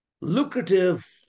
lucrative